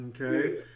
okay